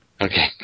Okay